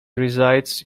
resides